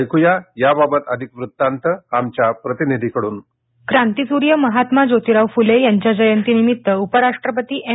ऐक्या याबाबत अधिक वृत्तांत आमच्या प्रतिनिधीकडून क्रांती सूर्य महात्मा ज्योतीराव फुले यांच्या जयंती निमित्त उपराष्ट्रपती एम